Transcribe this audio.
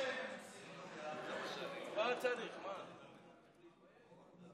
דבר למצלמה, אחרת הוא לא